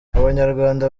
abanyarwanda